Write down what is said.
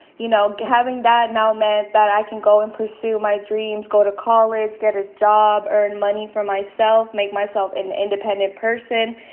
you know having that now meant that i can go and pursue my dreams, go to college, get a job, earn money for myself, make myself an independent person.